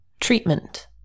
Treatment